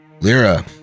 Lyra